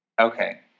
Okay